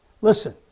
listen